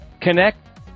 Connect